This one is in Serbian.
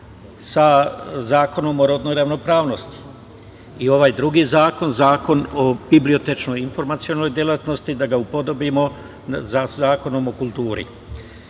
sa Zakonom o rodnoj ravnopravnosti. Ovaj drugi zakon, Zakon o bibliotečnoj informacionoj delatnosti da ga upodobimo sa Zakonom o kulturi. Dakle,